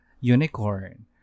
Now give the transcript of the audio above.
unicorn